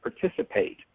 participate